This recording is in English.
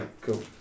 cool